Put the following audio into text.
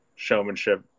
showmanship